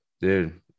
Dude